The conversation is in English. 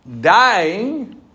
dying